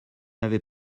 avez